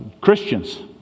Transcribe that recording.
Christians